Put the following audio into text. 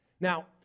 Now